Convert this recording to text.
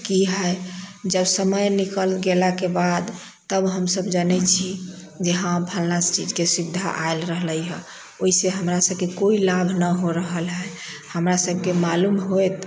की हय जब समय निकल गेलाके बाद तब हमसब जनै छी जे हँ फलां चीज के सुविधा आयल रहलैया ओहि से हमरा सबके कोइ लाभ न हो रहल हय हमरा सबके मालूम होयत